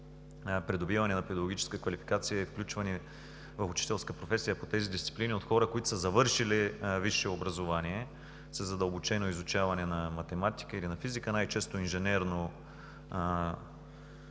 придобиване на педагогическа квалификация и включване в учителската професия по тези дисциплини от хора, които са завършили висше образование, със задълбочено изучаване на математика или на физика, най-често инженерно